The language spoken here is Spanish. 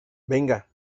venga